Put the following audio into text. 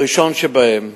הראשון שבהם,